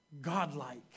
Godlike